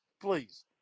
please